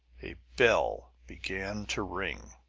a bell began to ring!